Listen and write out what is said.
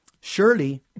Surely